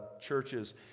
churches